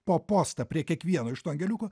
po postą prie kiekvieno iš tų angeliukų